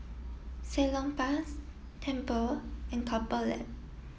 Salonpas Tempur and Couple Lab